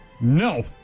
No